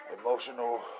Emotional